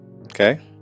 okay